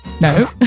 No